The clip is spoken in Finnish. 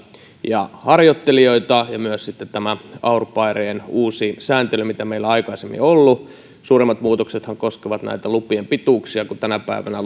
ja harjoittelijoita ja on myös tämä au pairien uusi sääntely mitä meillä aikaisemmin ei ollut suurimmat muutoksethan koskevat näitä lupien pituuksia kun tänä päivänä